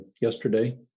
yesterday